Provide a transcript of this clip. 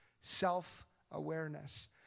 self-awareness